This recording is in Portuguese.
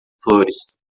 flores